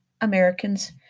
Americans